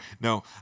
No